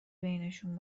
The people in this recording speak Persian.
بینشون